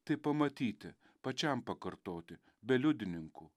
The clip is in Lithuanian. tai pamatyti pačiam pakartoti be liudininkų